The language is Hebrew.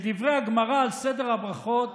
בדברי הגמרא על סדר הברכות